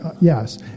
Yes